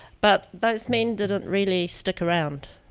but those men didn't really stick around.